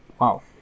Wow